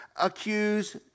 accuse